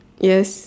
yes